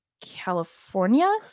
california